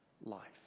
life